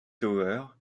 tower